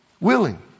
willing